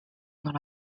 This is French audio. dans